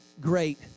great